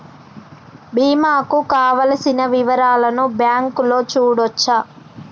బీమా కు కావలసిన వివరాలను బ్యాంకులో చూడొచ్చా?